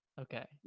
okay